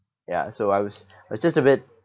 ya so I was uh just a bit